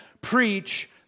preach